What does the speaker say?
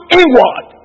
inward